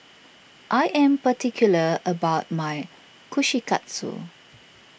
I am particular about my Kushikatsu